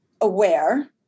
aware